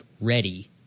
ready